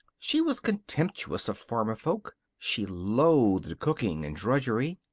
she was contemptuous of farmer folk. she loathed cooking and drudgery.